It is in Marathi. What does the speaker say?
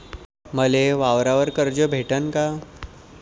मले वावरावर कर्ज भेटन का?